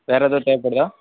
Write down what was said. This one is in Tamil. வேறு எதாவது தேவைப்படுதா